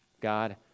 God